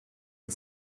and